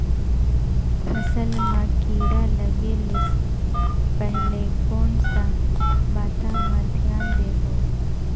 फसल मां किड़ा लगे ले पहले कोन सा बाता मां धियान देबो?